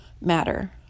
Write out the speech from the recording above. matter